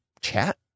chat